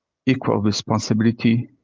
equal responsibility,